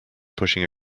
pushing